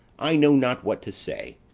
i know not what to say.